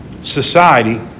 Society